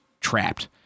trapped